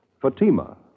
Fatima